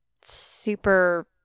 Super